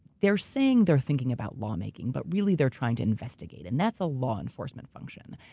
they're saying they're thinking about lawmaking, but really they're trying to investigate, and that's a law enforcement function.